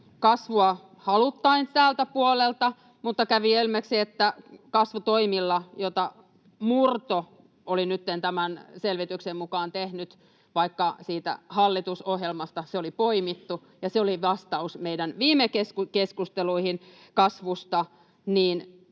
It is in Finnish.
kasvua haluttaisiin tältä puolelta, mutta kävi sekin selväksi, että kasvutoimilla, joita Murto oli nytten tämän selvityksen mukaan tehnyt, vaikka hallitusohjelmasta ne oli poimittu — ja ne olivat vastaus meidän viime keskusteluihin kasvusta